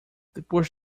depois